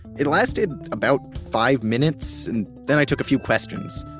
it lasted about five minutes and then i took a few questions.